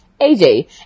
aj